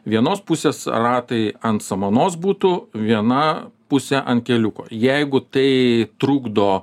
vienos pusės ratai ant samanos būtų viena pusė an keliuko jeigu tai trukdo